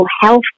health